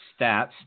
stats